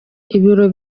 ibiro